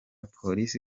polisi